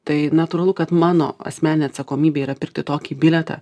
tai natūralu kad mano asmeninė atsakomybė yra pirkti tokį bilietą